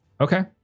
Okay